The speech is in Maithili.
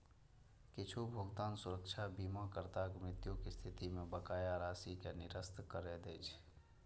किछु भुगतान सुरक्षा बीमाकर्ताक मृत्युक स्थिति मे बकाया राशि कें निरस्त करै दै छै